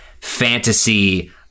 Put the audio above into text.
fantasy